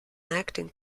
acting